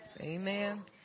Amen